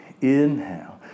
Inhale